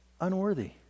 unworthy